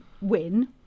win